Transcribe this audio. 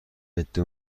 عده